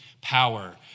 power